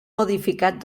modificat